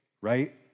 right